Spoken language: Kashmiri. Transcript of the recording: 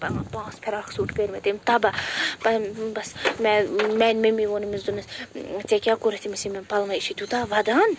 پٲنٛژھ فراق سوٗٹ کٔرۍ مےٚ تٔمۍ تَباہ پتہٕ بَس میٛانہِ مٔمی ووٚن أمِس دوٚپنیٚس ژےٚ کیٛاہ کوٚرُتھ أمِس یمن پَلوَن یہِ چھِ تیٛوٗتاہ ودان